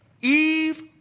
Eve